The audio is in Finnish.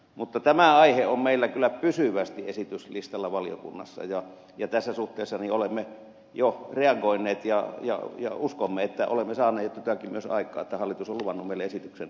mutta tämä aihe on meillä kyllä pysyvästi esityslistalla valiokunnassa ja tässä suhteessa olemme jo reagoineet ja uskomme että olemme saaneet jotakin myös aikaan että hallitus on luvannut meille esityksen ensi syksynä